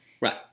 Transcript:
Right